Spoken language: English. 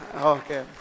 Okay